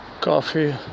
coffee